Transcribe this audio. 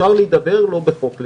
אפשר להידבר, לא בחוק לדעתנו.